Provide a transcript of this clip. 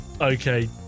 okay